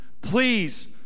please